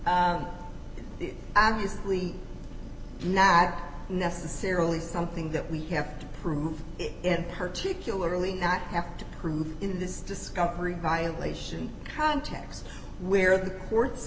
mode obviously not necessarily something that we have to prove it and particularly not have to prove in this discovery violation context where the court's